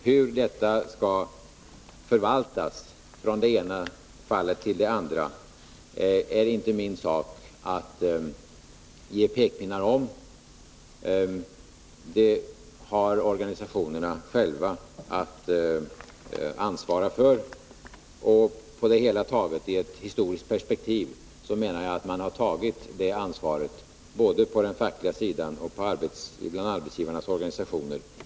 Hur detta skall förvaltas från det ena fallet till det andra är inte min sak att ge pekpinnar om. Det har organisationerna själva att ansvara för. Och på det hela taget, i ett historiskt perspektiv, menar jag att man har tagit det ansvaret både på den fackliga sidan och bland arbetsgivarnas organisationer.